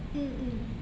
mm mm